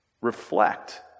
reflect